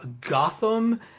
Gotham